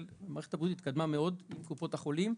מערכת הבריאות התקדמה מאוד עם קופות החולים,